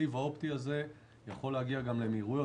הסיב האופטי הזה יכול להגיע למהירויות,